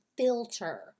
filter